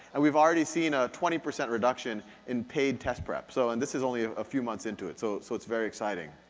and we've already seen a twenty percent reduction in paid test prep, so and this is only ah a few months into it, so so it's very exciting.